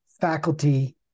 faculty